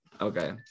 Okay